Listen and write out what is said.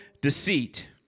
deceit